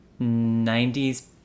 90s